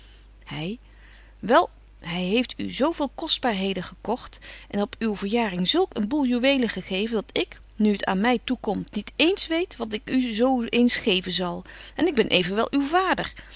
hy wel hy heeft u zo veel kostbaarheden gekogt en op uw verjaring zulk een boel juwelen gegeven dat ik nu het aan my toekomt niet eens weet wat of ik u zo eens geven zal en ik ben evenwel uw vader